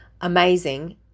amazing